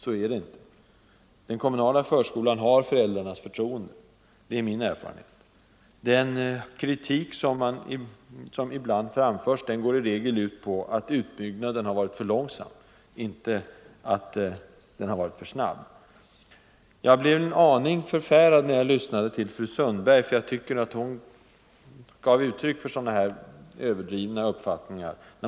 Så är det inte. Den kommunala förskolan har föräldrarnas förtroende — det är min erfarenhet. Den kritik som ibland framförs går i regel ut på att utbyggnaden har varit för långsam, inte på att den har varit för snabb. Jag blev en aning förfärad när jag lyssnade till fru Sundberg, för jag tycker att hon gav uttryck åt sådana här överdrivna uppfattningar.